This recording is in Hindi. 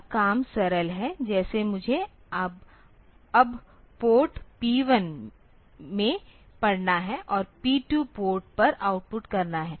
तब काम सरल है जैसे मुझे अब पोर्ट पी 1 से पढ़ना है और P2 पोर्ट पर आउटपुट करना है